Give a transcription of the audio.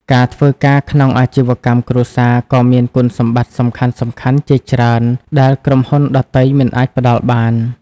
ការធ្វើការក្នុងអាជីវកម្មគ្រួសារ ក៏មានគុណសម្បត្តិសំខាន់ៗជាច្រើនដែលក្រុមហ៊ុនដទៃមិនអាចផ្ដល់បាន។